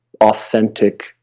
authentic